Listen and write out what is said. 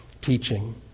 teaching